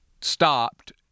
stopped